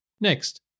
Next